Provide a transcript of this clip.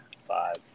five